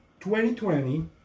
2020